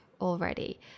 already